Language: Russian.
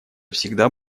всегда